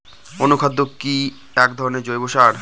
অনুখাদ্য কি এক ধরনের জৈব সার?